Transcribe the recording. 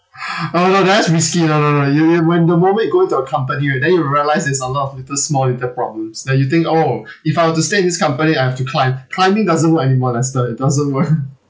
oh no that's risky no no no you you when the moment you go to your company right then you realised there's a lot of little small little problems that you think oh if I were to stay in this company I have to climb climbing doesn't work anymore lester it doesn't work